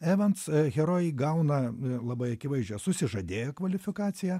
evans herojai gauna labai akivaizdžią susižadėję kvalifikaciją